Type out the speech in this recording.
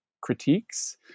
critiques